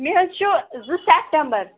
مےٚ حظ چھُ سٮ۪ٹمبر